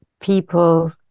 people